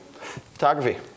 photography